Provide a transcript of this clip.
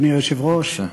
אדוני היושב-ראש,